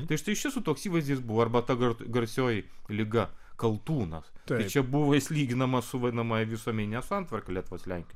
tai štai šis toks įvaizdis buvo arba ta kart garsioji liga kaltūnas tai čia buvo jis lyginamas su vadinamąja visuomenine santvarka lietuvos lenkijos